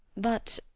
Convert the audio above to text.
but,